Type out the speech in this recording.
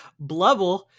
blubble